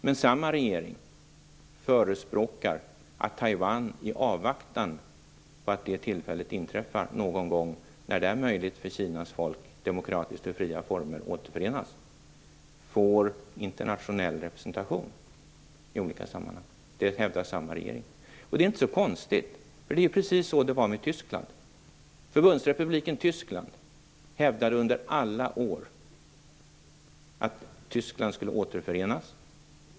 Men samma regering förespråkar att Taiwan får internationell representation i internationella sammanhang, i avvaktan på att det tillfället infaller någon gång när det är möjligt för Kinas folk att under demokratiska fria former återförenas. Det är inte konstigt, eftersom det är precis så det var med Tyskland. Förbundsrepubliken Tyskland hävdade under alla år att Tyskland skulle återförenas.